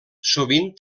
sovint